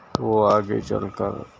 تو وہ آگے چل کر